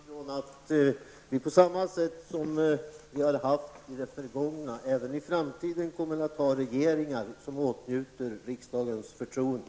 Fru talman! Jag utgår ifrån att vi på samma sätt som i det förgångna även i framtiden kommer att ha regeringar som åtnjuter riksdagens förtroende.